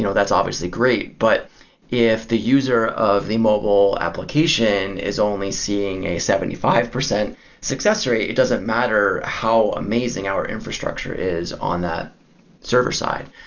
you know that's obviously great. but if the user of the mobile application is only seeing a seventy five percent success rate, it doesn't matter how amazing our infrastructure is on that server-side.